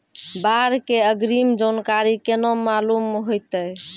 बाढ़ के अग्रिम जानकारी केना मालूम होइतै?